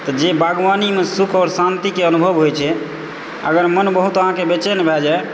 तऽ जे बागवानीमे सुख और शान्तिके अनुभव होइत छै अगर मन बहुत अहाँकेँ बेचैन भए जाए